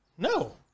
No